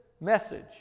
message